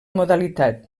modalitat